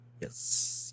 yes